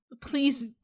Please